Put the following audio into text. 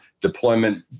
deployment